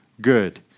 good